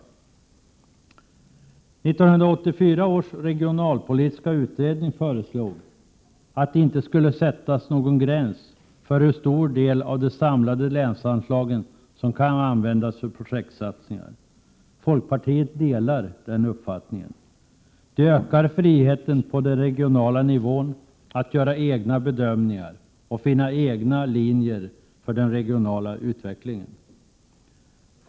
1984 års regionalpolitiska utredning föreslog att det inte skulle sättas någon gräns för hur stor del av de samlade länsanslagen som kunde användas för projektsatsningar. Vi i folkpartiet delar den uppfattningen. På det sättet ökar nämligen friheten på den regionala nivån att göra egna bedömningar och att finna egna linjer för den regionala utvecklingen.